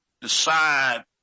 decide